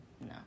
No